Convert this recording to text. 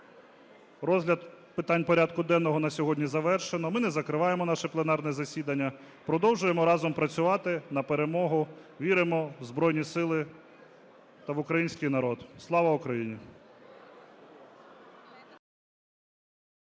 Розгляд питань порядку денного на сьогодні завершено. Ми не закриваємо наше пленарне засідання, продовжуємо разом працювати на перемогу. Віримо в Збройні Сили та в український народ. Слава Україні!